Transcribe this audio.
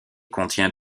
contient